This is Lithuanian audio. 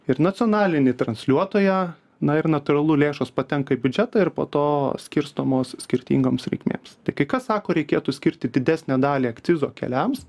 ir nacionalinį transliuotoją na ir natūralu lėšos patenka į biudžetą ir po to skirstomos skirtingoms reikmėms tai kai kas sako reikėtų skirti didesnę dalį akcizo keliams